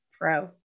pro